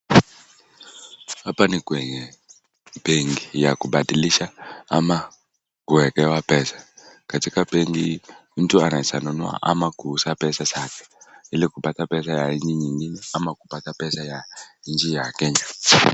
Hapa ni kwenye benki ya kubadilisha ama kuwekewa pesa, katika benki hii mtu anaweza nunua ama kuuza pesa zake ili kupata peaa ya nchi nyingine ama kupata pesa ya nchi ya Kenya.